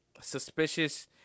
suspicious